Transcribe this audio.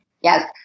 Yes